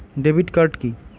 Debit card key?